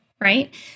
right